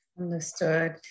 Understood